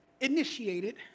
initiated